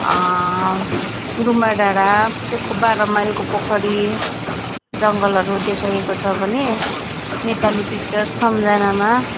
गुम्बा डाँडा पुख बाह्र माइलको पोखरी जङ्गलहरू देखाइएको छ भने नेपाली पिक्चर सम्झनामा